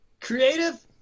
creative